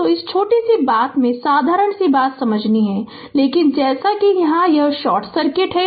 तो इस छोटी सी बात में साधारण सी बात समझनी है लेकिन जैसा कि यह शॉर्ट सर्किट है